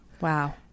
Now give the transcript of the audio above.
Wow